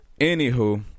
Anywho